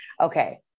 okay